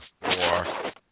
four